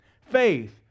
faith